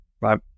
Right